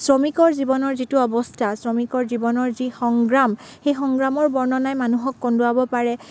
শ্ৰমিকৰ জীৱনৰ যিটো অৱস্থা শ্ৰমিকৰ জীৱনৰ যি সংগ্ৰাম সেই সংগ্ৰামৰ বৰ্ণনাই মানুহক কন্দুৱাব পাৰে